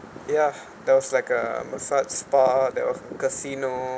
ya there was like a massage spa there was casino